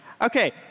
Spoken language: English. Okay